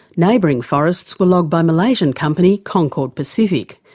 neighbouring forests were logged by malaysian company, concord pacific.